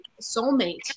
soulmate